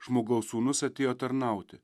žmogaus sūnus atėjo tarnauti